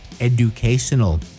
educational